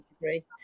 degree